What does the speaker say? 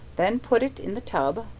then put it in the tub,